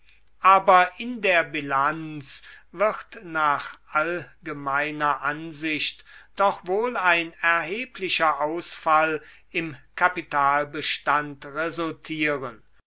aber in der bilanz wird nach allgemeiner ansicht doch wohl ein erheblicher ausfall im kapitalbestand resultieren